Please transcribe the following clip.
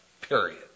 Period